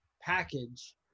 package